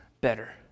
better